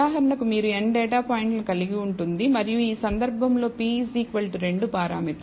ఉదాహరణకు మీరు n data పాయింట్లను కలిగి ఉంటుంది మరియు ఈ సందర్భంలో p 2 పారామితులు